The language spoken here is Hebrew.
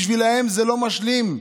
בשבילם זה לא משלים,